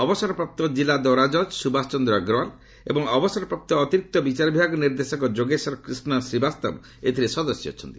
ଅବସରପ୍ରାପ୍ତ ଜିଲ୍ଲା ଦୌରା ଜଜ୍ ସୁବାସ ଚନ୍ଦ୍ର ଅଗ୍ରୱାଲ୍ ଏବଂ ଅବସରପ୍ରାପ୍ତ ଅତିରିକ୍ତ ବିଚାର ବିଭାଗ ନିର୍ଦ୍ଦେଶକ ଯୋଗେଶ୍ୱର କ୍ରିଷ୍ଣ ଶ୍ରୀବାସ୍ତବ ଏଥିରେ ସଦସ୍ୟ ଅଛନ୍ତି